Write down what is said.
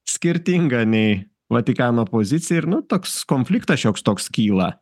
skirtinga nei vatikano pozicija ir nu toks konfliktas šioks toks kyla